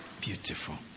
Beautiful